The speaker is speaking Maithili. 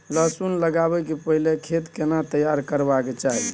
लहसुन लगाबै के पहिले खेत केना तैयार करबा के चाही?